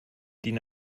din